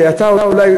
שאתה אולי,